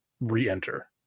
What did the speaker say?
re-enter